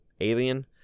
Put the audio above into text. Alien